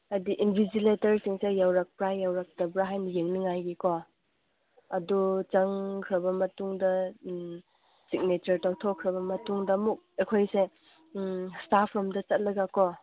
ꯍꯥꯏꯗꯤ ꯏꯟꯚꯤꯖꯤꯂꯦꯇꯔꯁꯤꯡꯁꯦ ꯌꯧꯔꯛꯄ꯭ꯔꯥ ꯌꯧꯔꯛꯇꯕ꯭ꯔꯥ ꯍꯥꯏꯅ ꯌꯦꯡꯅꯤꯡꯉꯥꯏꯒꯤ ꯀꯣ ꯑꯗꯨ ꯆꯪꯈ꯭ꯔꯕ ꯃꯇꯨꯡꯗ ꯁꯤꯛꯅꯦꯆꯔ ꯇꯧꯊꯣꯛꯈ꯭ꯔꯕ ꯃꯇꯨꯡꯗ ꯑꯃꯨꯛ ꯑꯩꯈꯣꯏꯁꯦ ꯁ꯭ꯇꯥꯐ ꯔꯨꯝꯗ ꯆꯠꯂꯒꯀꯣ